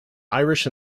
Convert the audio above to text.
irish